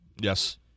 Yes